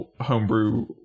homebrew